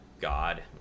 God